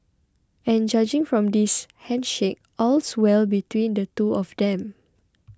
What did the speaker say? and judging from this handshake all's well between the two of them